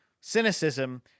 cynicism